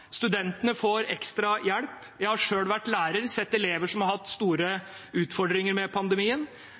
Studentene får ekstra hjelp – jeg har selv vært lærer og sett elever som har hatt store utfordringer med pandemien